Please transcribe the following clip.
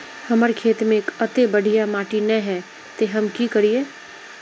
हमर खेत में अत्ते बढ़िया माटी ने है ते हम की करिए?